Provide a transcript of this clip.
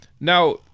Now